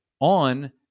on